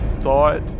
thought